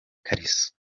ikariso